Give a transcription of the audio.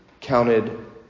counted